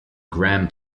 graham